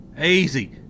Easy